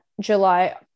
july